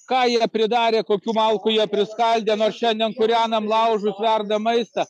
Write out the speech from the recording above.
ką jie pridarė kokių malkų jie priskaldė nors šiandien kūrenam laužus verdam maistą